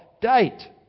date